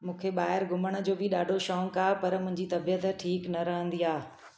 मूंखे ॿाहिरि घुमण जो बि ॾाढो शौक़ु आहे पर मुंहिंजी तबीअत ठीकु न रहंदी आहे